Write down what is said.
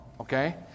okay